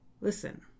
Listen